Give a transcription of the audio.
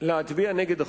להצביע נגד החוק.